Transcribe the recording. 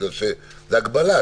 בגלל שזה הגבלה.